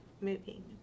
moving